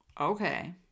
okay